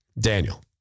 Daniel